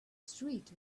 street